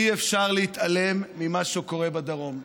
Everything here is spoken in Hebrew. אי-אפשר להתעלם ממה שקורה בדרום.